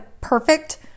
perfect